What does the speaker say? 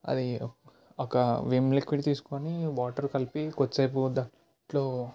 అది ఒక Vim liquid తీసుకోని వాటర్ కలిపి కొద్దిసేపు దాంట్లో